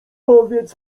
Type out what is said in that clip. powiedz